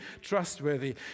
trustworthy